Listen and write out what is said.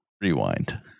Rewind